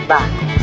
Bye